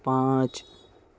پانچ